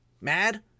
mad